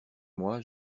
moi